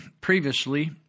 previously